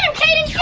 um kaden